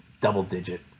double-digit